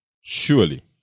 surely